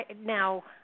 Now